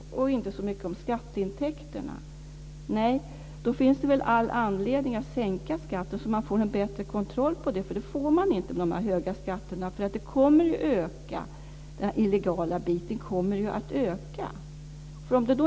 Det handlar inte så mycket om skatteintäkterna. Då finns det väl all anledning att sänka skatten för att få en bättre kontroll på detta. Det får man inte med de här höga skatterna. Den illegala biten kommer att öka.